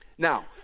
Now